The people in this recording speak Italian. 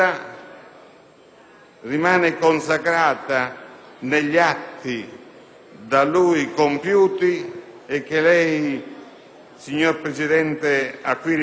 rimane consacrata negli atti da lui compiuti che lei, signor Presidente, ha qui ricordato